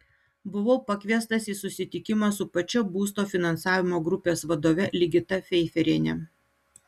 buvau pakviestas į susitikimą su pačia būsto finansavimo grupės vadove ligita feiferiene